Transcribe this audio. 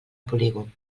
polígon